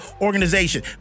organization